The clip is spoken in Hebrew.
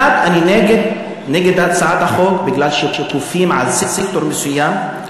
1. אני נגד הצעת החוק בגלל שכופים על סקטור מסוים,